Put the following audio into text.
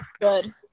good